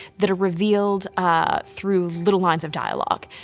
that are revealed ah through little lines of dialogue.